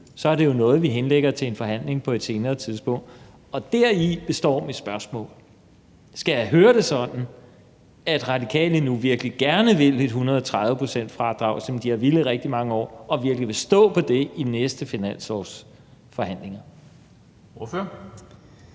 er det jo noget, vi henlægger til en forhandling på et senere tidspunkt, og deri består mit spørgsmål: Skal jeg høre det sådan, at Radikale nu virkelig gerne vil et 130-procentsfradrag, som de har villet i rigtig mange år, og virkelig vil stå på det i de næste finanslovsforhandlinger?